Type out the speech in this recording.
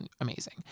amazing